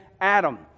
Adam